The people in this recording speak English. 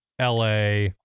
la